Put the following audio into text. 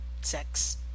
sex